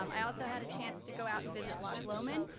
um i also had a chance to go out and visit loch lomond.